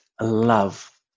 love